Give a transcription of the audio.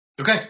Okay